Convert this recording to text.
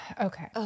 okay